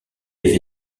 des